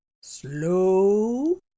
Slow